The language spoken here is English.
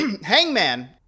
Hangman